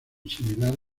similar